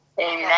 Amen